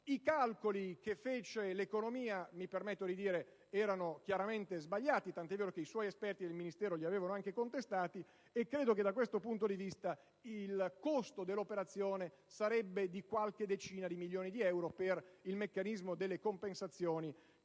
I calcoli che fece l'economia - mi permetto di dirlo - erano chiaramente sbagliati, tant'è vero che gli esperti del suo Ministero li avevano contestati e credo che da questo punto di vista il costo dell'operazione sarebbe di qualche decina di milioni di euro per il meccanismo delle compensazioni,